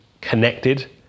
connected